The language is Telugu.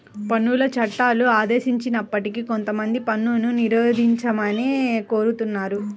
పన్నుల చట్టాలు ఆదేశిస్తున్నప్పటికీ కొంతమంది పన్నును నిరోధించమనే కోరుతున్నారు